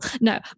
No